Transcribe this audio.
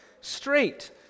straight